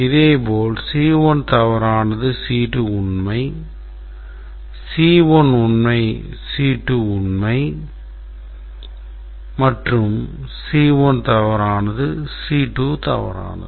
இதேபோல் C1 தவறானது C2 உண்மை C1 உண்மை C2 உண்மை மற்றும் C1 தவறானது C2 தவறானது